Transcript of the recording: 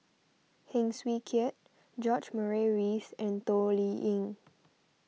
Heng Swee Keat George Murray Reith and Toh Liying